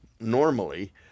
normally